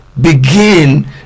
begin